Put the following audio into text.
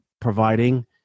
providing